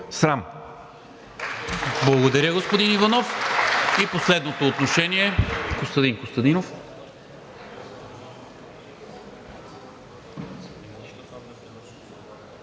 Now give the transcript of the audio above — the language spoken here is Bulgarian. Благодаря, господин Иванов. И последното отношение – Костадин Костадинов.